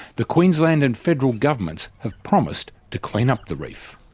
the queensland and federal governments have promised to clean up the reef.